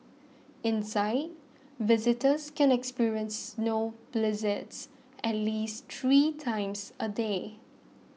inside visitors can experience snow blizzards at least three times a day